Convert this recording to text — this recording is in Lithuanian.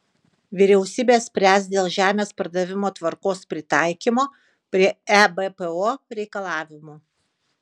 vyriausybė spręs dėl žemės pardavimo tvarkos pritaikymo prie ebpo reikalavimų